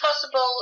possible